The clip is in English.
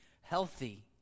healthy